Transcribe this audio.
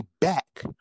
back